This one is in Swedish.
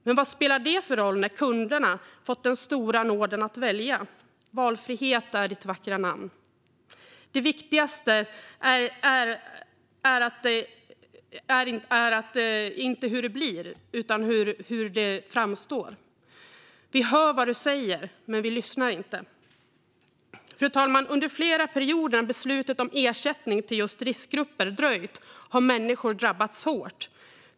Men vad spelar det för roll när kunderna fått den stora nåden att välja? Valfrihet är ditt vackra namn. Det viktigaste är inte hur det blir utan hur det framstår. Vi hör vad du säger. Men vi lyssnar inte. Fru talman! Under flera perioder när beslut om ersättning till just riskgrupper dröjt har människor drabbats hårt.